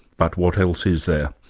but what else is there?